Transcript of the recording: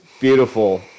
beautiful